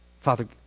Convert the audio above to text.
Father